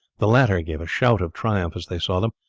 the latter gave a shout of triumph as they saw them.